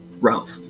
Ralph